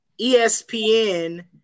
ESPN